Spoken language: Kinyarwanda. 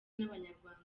n’abanyarwanda